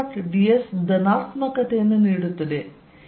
ds ಧನಾತ್ಮಕತೆಯನ್ನು ನೀಡುತ್ತದೆ